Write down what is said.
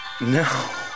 No